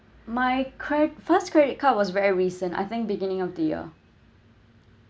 my cred~ first credit card was very recent I think beginning of the year